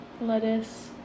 lettuce